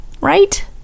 Right